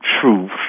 truth